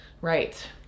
right